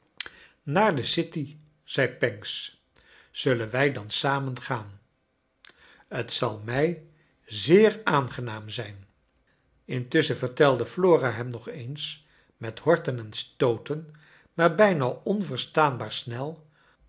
naar de city zei pancks zullen wij dan samen gaan t zal mrj zeer aangenaam zijn intusschen vertelde flora hem nog eens met horten en stooten maar bijna onverstaanbaar snel